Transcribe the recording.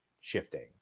shifting